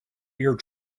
ear